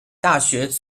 大学